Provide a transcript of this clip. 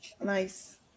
nice